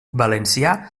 valencià